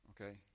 okay